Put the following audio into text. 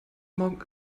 morgen